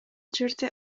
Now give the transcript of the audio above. жерде